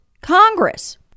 Congress